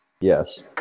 Yes